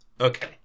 Okay